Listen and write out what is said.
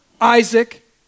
Isaac